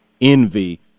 envy